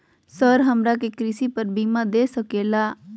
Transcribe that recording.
Sir हमरा के कृषि पर बीमा दे सके ला?